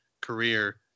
career